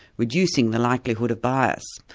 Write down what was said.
reducing the likelihood of bias.